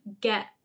get